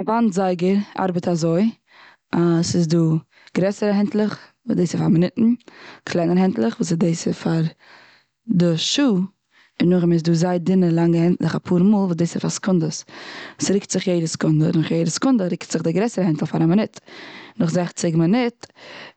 א וואנט זייגער ארבעט אזוי. אז ס'איז דא גרעסערע הענטלעך, וואס דאס איז פאר מינוטן. קלענערע הענטלעך וואס דאס איז פאר די שעה. און נאכדעם איז דא זייער דינע לאנגע הענטלעך אפאר מאל וואס דאס איז פאר סעקונדעס. ס'רוקט זיך יעדע סעקונדע, נאך יעדע סעקונדע רוקט זיך די גרעסערע הענטל פאר א מינוט. נאך זעכציג מינוט